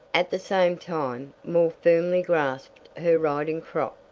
at the same time, more firmly grasped her riding crop.